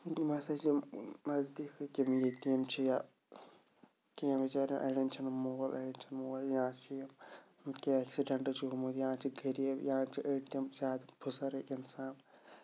یِم ہسا یِم نزدیٖکٕکۍ یِم یتیٖم چھِ یا کینٛہہ بِچارٮ۪ن اَڑٮ۪ن چھِنہٕ مول اَڑٮ۪ن چھِنہٕ موج یا چھِ یِم کہ اٮ۪کسِڈَنٛٹ چھِ گوٚمُت یا چھِ غریٖب یا چھِ أڑۍ تِم زیادٕ بُزرگ اِنسان